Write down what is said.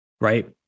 right